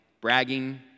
bragging